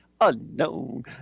unknown